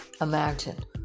imagine